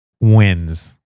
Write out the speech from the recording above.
wins